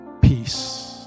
peace